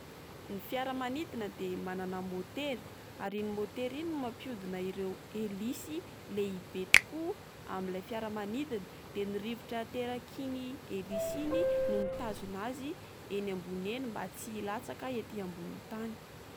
Ny fiaramanidiana de manana motera ary iny motera iny no mampiodina ireo elisy lehibe tokoa amin'ilay fiaramanidiana, de ny rivotra aterak'iny elisy iny no mitazona azy eny ambony eny mba tsy hilatsaka ety ambonin'ny tany.